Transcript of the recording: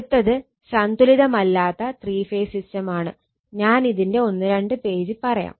അടുത്തത് സന്തുലിതമല്ലാത്ത three phase system ആണ് ഞാൻ ഇതിന്റെ ഒന്ന് രണ്ട് പേജ് പറയാം